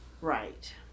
Right